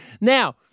Now